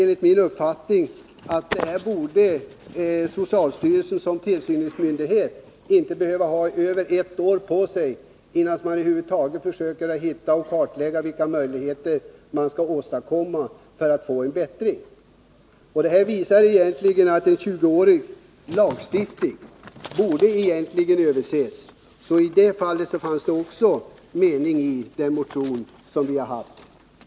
Enligt min uppfattning borde socialstyrelsen som tillsynsmyndighet inte behöva ha över ett år på sig för att på grundval av den här kartläggningen ta ställning till vilka åtgärder man skall vidta för att försöka få en bättring till stånd. Vad kartläggningen egentligen visar är att den 20-åriga lagstiftning som vi har på det här området borde överses. Också mot den bakgrunden var den motion vi har väckt motiverad.